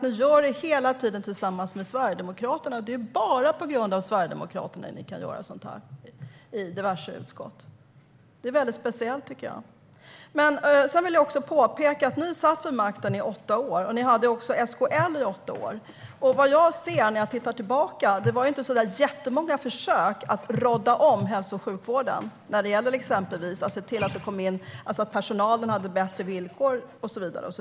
Ni gör det också hela tiden tillsammans med Sverigedemokraterna; det är bara på grund av Sverigedemokraterna ni kan göra så här i diverse utskott. Det är väldigt speciellt, tycker jag. Jag vill även påpeka att ni satt vid makten i åtta år. Ni hade också SKL i åtta år. Vad jag ser när jag tittar tillbaka är inte så där jättemånga försök att rådda om hälso och sjukvården exempelvis när det gäller att se till att personalen fick bättre villkor och så vidare.